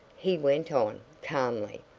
he went on, calmly.